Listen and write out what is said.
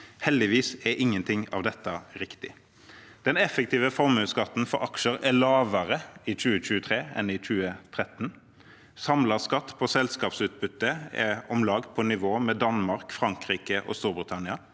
Heldigvis er ingenting av dette riktig. Den effektive formuesskatten for aksjer er lavere i 2023 enn i 2013. Samlet skatt på selskapsutbytte er om lag på nivå med Danmark, Frankrike og Storbritannia.